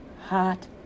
hot